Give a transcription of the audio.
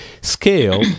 scale